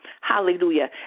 hallelujah